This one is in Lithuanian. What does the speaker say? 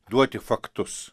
duoti faktus